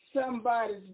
somebody's